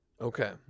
Okay